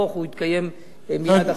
הוא יתקיים מייד אחרי,